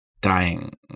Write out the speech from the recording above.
Dying